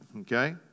okay